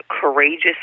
courageous